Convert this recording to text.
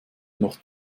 noch